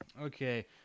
Okay